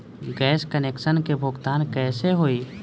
Gas connection के भुगतान कैसे होइ?